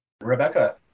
Rebecca